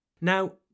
Now